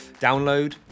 download